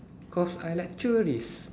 cause I like tourist